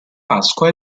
pasqua